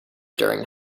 during